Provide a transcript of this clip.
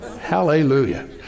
Hallelujah